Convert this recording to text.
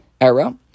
era